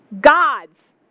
gods